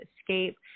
escape